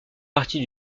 partie